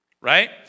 right